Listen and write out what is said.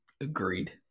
Agreed